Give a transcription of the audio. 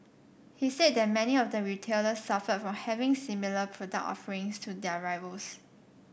he said that many of the retailers suffered from having similar product offerings to their rivals